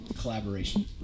Collaboration